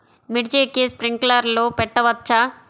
మిర్చికి స్ప్రింక్లర్లు పెట్టవచ్చా?